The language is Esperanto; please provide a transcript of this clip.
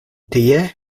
tie